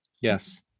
Yes